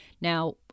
Now